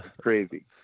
crazy